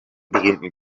berühmten